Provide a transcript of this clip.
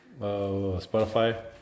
Spotify